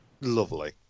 Lovely